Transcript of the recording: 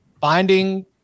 finding